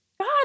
God